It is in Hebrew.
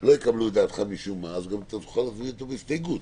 דעתך לא תתקבל תוכל להגיש את זה כהסתייגות.